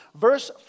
verse